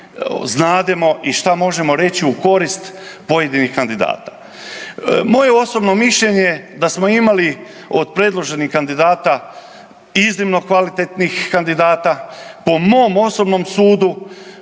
znademo i šta možemo reći u korist pojedinih kandidata. Moje osobno mišljenje da smo imali od predloženih kandidata iznimno kvalitetnih kandidata. Po mom osobnom sudu